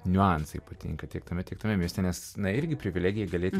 niuansai patinka tiek tame tik tame mieste nes na irgi privilegija galėti